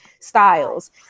styles